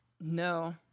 no